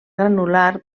granular